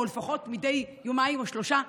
או לפחות מדי יומיים או שלושה,